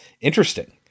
interesting